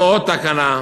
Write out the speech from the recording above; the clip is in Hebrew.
ועוד תקנה,